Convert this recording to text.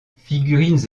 figurines